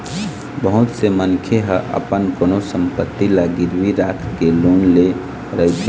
बहुत से मनखे ह अपन कोनो संपत्ति ल गिरवी राखके लोन ले रहिथे